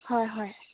হয় হয়